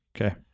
Okay